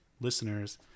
listeners